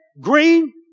green